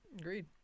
agreed